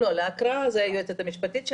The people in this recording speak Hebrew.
ההקראה זה היועצת המשפטית שלנו.